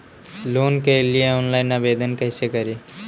Loan के लिये online आवेदन कैसे करि?